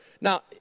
Now